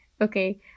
okay